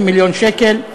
סך 150 מיליון שקל.